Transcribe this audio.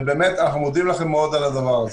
אנחנו מודים לכם מאוד על הדבר הזה.